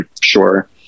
sure